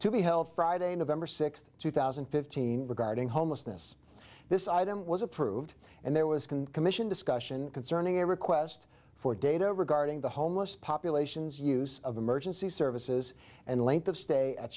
to be held friday november sixth two thousand and fifteen regarding homelessness this item was approved and there was can commission discussion concerning a request for data regarding the homeless populations use of emergency services and length of stay at